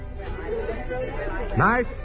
Nice